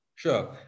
Sure